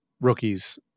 rookies